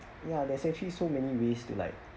ya there's actually so many ways to like